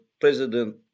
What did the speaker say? president